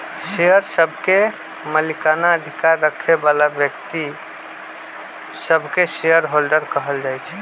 share सभके मलिकना अधिकार रखे बला व्यक्तिय सभके शेयर होल्डर कहल जाइ छइ